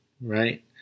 right